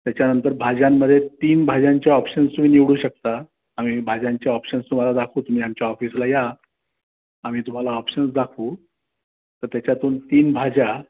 त्याच्यानंतर भाज्यांमध्ये तीन भाज्यांचे ऑप्शन्स तुम्ही निवडू शकता आम्ही भाज्यांचे ऑप्शन्स तुम्हाला दाखवू तुम्ही आमच्या ऑफिसला या आम्ही तुम्हाला ऑप्शन्स दाखवू तर त्याच्यातून तीन भाज्या